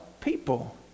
people